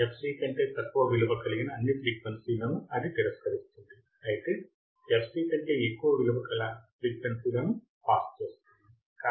fc కంటే తక్కువ విలువ కలిగిన అన్ని ఫ్రీక్వెన్సీ లను అది తిరస్కరిస్తుంది అయితే fc కంటే ఎక్కువ విలువ కల ఫ్రీక్వెన్సీ లను పాస్ చేస్తుంది